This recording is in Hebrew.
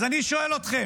אז אני שואל אתכם: